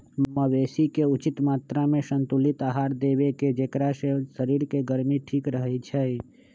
मवेशी के उचित मत्रामें संतुलित आहार देबेकेँ जेकरा से शरीर के गर्मी ठीक रहै छइ